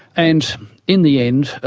and in the end,